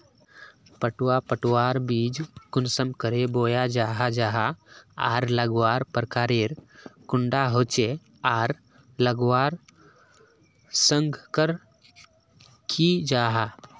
पटवा पटवार बीज कुंसम करे बोया जाहा जाहा आर लगवार प्रकारेर कैडा होचे आर लगवार संगकर की जाहा?